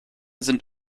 sind